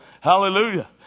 hallelujah